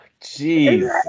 Jeez